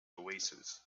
oasis